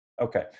Okay